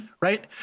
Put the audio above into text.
right